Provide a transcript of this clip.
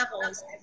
levels